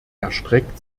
erstreckt